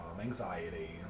anxiety